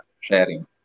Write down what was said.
sharing